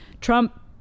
Trump